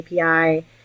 API